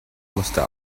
musste